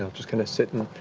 um just kind of sit and